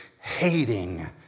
hating